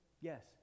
Yes